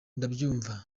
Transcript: ndabyumva